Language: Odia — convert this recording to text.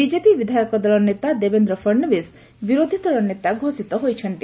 ବିଜେପି ବିଧାୟକ ଦଳ ନେତା ଦେବେନ୍ଦ୍ର ଫଡନବିସ୍ ବିରୋଧୀ ଦଳ ନେତା ଘୋଷିତ ହୋଇଛନ୍ତି